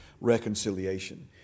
Reconciliation